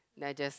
then I just